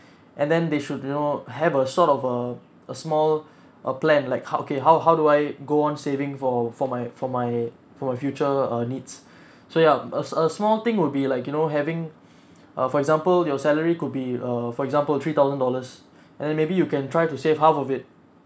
and then they should you know have a sort of a a small a plan like how okay how how do I go on saving for for my for my for my future uh needs so ya a a small thing would be like you know having uh for example your salary could be err for example three thousand dollars and then maybe you can try to save half of it